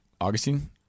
augustine